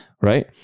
Right